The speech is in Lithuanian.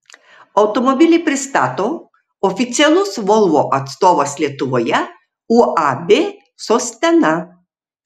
automobilį pristato oficialus volvo atstovas lietuvoje uab sostena